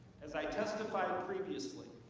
as i testified previously,